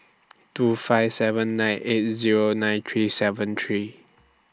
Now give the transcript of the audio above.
two five seven nine eight Zero nine three seven three